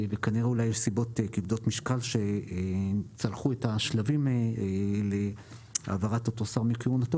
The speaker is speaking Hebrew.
כנראה שיש סיבות כבדות משקל שצלחו את השלבים להעברת אותו שר מכהונתו,